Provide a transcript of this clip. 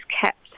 kept